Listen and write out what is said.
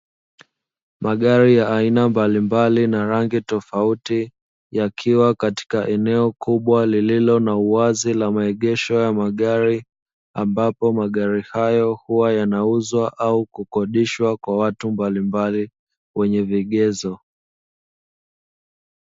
Magari ya aina mbalimbali na rangi tofauti yakiwa katika eneo kubwa lililo na uwazi la maegesho ya magari, ambapo magari hayo huwa yanauzwa au kukodishwa kwa watu mbalimbali wenye vigezo.